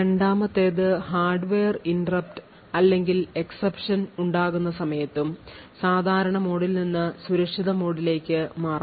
രണ്ടാമത്തേത് hardware interrupt അല്ലെങ്കിൽ exception ഉണ്ടാകുന്ന സമയത്തും സാധാരണ മോഡിൽ നിന്ന് സുരക്ഷിത മോഡിലേക്ക് മാറാം